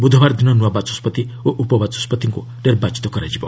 ବୁଧବାର ଦିନ ନୂଆ ବାଚସ୍କତି ଓ ଉପ ବାଚସ୍କତିଙ୍କୁ ନିର୍ବାଚିତ କରାଯିବ